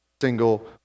single